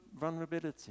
vulnerability